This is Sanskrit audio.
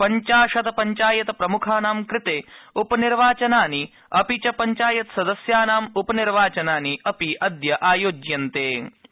पञ्चाशतपञ्चायत प्रमुखानां कृते उपनिर्वाचनानि अपि च पञ्चायतसदस्यानां उपनिर्वाचनानि अपि अद्य आयोज्यन्ते